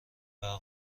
برق